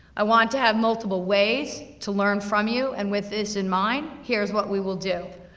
i want to have multiple ways to learn from you, and with this in mind, here's what we will do.